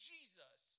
Jesus